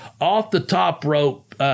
off-the-top-rope